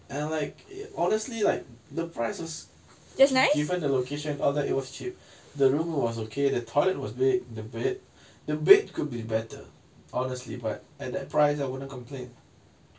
and like honestly like the price was given the location all that it was cheap the room was okay the toilet was big the bed the bed could be better honestly but at that price I wouldn't complain